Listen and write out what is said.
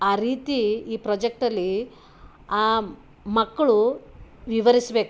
ಆ ರೀತಿ ಈ ಪ್ರೊಜೆಕ್ಟಲ್ಲಿ ಆ ಮಕ್ಕಳು ವಿವರಿಸ್ಬೇಕು